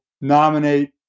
nominate